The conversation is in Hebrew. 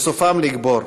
וסופם לגבור.